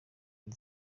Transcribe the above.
iri